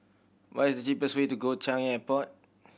what is the cheapest way to Changi Airport